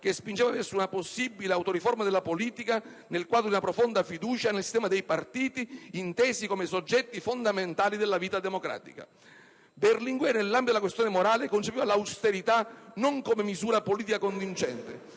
che spingeva verso una possibile autoriforma della politica, nel quadro di una profonda fiducia nel sistema dei partiti intesi come soggetti fondamentali della vita democratica. Berlinguer, nell'ambito della questione morale, concepiva l'austerità non come misura politica contingente,